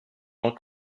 tant